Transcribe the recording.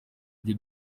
ibyo